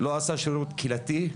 לא עשה שירות קהילתי,